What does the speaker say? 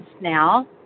now